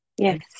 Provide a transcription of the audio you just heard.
yes